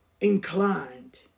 inclined